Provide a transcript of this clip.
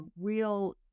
real